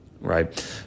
right